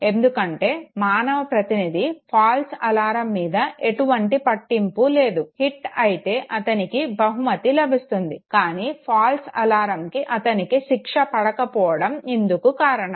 ఎందుకంటే మానవ ప్రతినిధి ఫాల్స్ అలారం మీద ఎటువంటి పట్టింపు లేదు హిట్ అయితే అతనికి బహుమతి లభిస్తుంది కానీ ఫాల్స్ అలారంకి అతనికి శిక్ష పడకపోవడం ఇందుకు కారణం